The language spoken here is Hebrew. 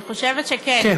אלהרר.